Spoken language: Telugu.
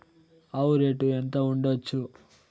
ఆవు రేటు ఎంత ఉండచ్చు?